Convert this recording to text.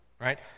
Right